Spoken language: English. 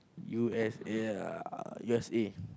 u_s_a ah u_s_a